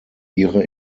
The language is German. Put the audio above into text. ihre